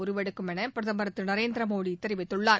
உருவெடுக்கும் என பிரதமர் திரு நரேந்திர மோடி தெரிவித்துள்ளார்